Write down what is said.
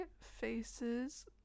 faces